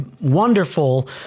wonderful